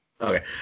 Okay